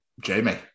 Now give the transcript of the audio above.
Jamie